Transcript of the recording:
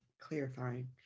Clarifying